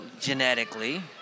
genetically